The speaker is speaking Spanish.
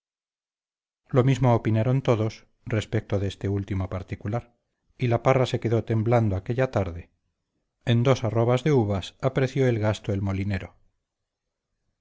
lo mismo opinaron todos respecto de este último particular y la parra se quedó temblando aquella tarde en dos arrobas de uvas apreció el gasto el molinero